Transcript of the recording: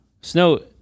snow